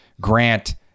Grant